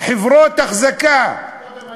חברות אחזקה, קודם היו